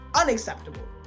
unacceptable